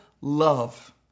love